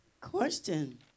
Question